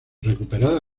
recuperada